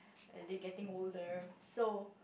as they getting older so